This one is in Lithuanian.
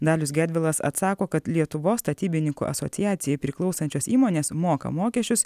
dalius gedvilas atsako kad lietuvos statybininkų asociacijai priklausančios įmonės moka mokesčius